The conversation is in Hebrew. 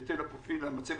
בהתאם לפרופיל ולמצבת